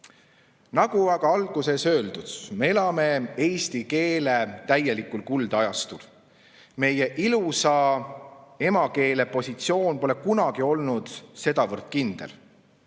aga alguses öeldud, me elame eesti keele täielikul kuldajastul. Meie ilusa emakeele positsioon pole kunagi olnud sedavõrd kindel.